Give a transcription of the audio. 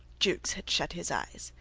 jukes had shut his eyes,